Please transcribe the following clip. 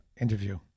interview